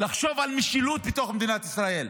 לחשוב על משילות בתוך מדינת ישראל,